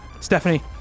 Stephanie